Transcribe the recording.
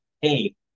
hey